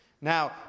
Now